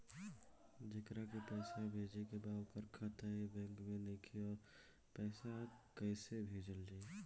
जेकरा के पैसा भेजे के बा ओकर खाता ए बैंक मे नईखे और कैसे पैसा भेजल जायी?